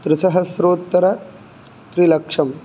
त्रिसहस्रोत्तरत्रिलक्षं